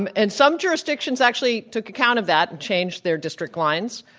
and and some jurisdictions actually took account of that and changed their district lines,